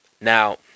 now